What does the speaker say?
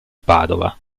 padova